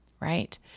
right